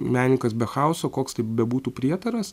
menininkas be chaoso koks tai bebūtų prietaras